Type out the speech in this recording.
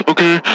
Okay